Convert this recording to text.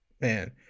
man